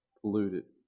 polluted